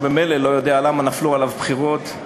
שממילא לא יודע למה נפלו עליו בחירות.